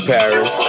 Paris